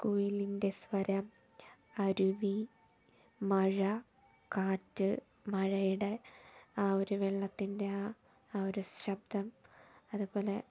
കുയിലിൻ്റെ സ്വരം അരുവി മഴ കാറ്റ് മഴയുടെ ആ ഒരു വെള്ളത്തിൻ്റെ ആ ഒരു ശബ്ദം അതുപോലെ